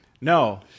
No